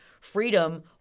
freedom